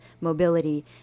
mobility